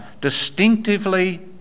distinctively